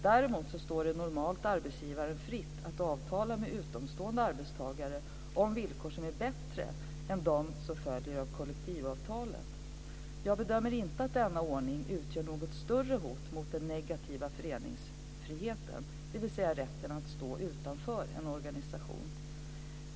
Däremot står det normalt arbetsgivaren fritt att avtala med utomstående arbetstagare om villkor som är bättre än de som följer av kollektivavtalet. Jag bedömer inte att denna ordning utgör något större hot mot den negativa föreningsfriheten, dvs. rätten att stå utanför en organisation.